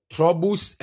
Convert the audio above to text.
Troubles